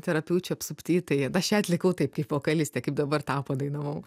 terapeučių apsupty tai aš ją atlikau taip kaip vokalistė kaip dabar tau padainavau